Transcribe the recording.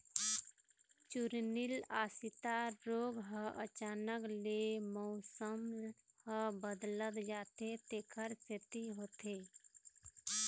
चूर्निल आसिता रोग ह अचानक ले मउसम ह बदलत जाथे तेखर सेती होथे